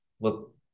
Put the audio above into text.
Look